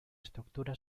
estructura